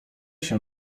się